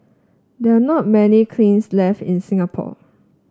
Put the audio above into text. there are not many cleans left in Singapore